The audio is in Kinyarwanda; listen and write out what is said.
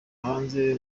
hanze